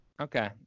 Okay